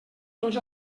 tots